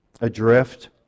adrift